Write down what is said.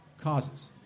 causes